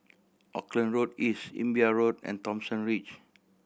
Auckland Road East Imbiah Road and Thomson Ridge